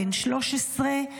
בן 13,